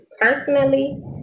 personally